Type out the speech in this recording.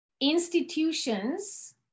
institutions